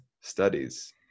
studies